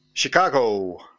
Chicago